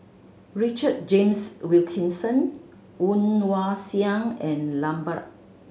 Richard James Wilkinson Woon Wah Siang and Lambert